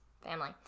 family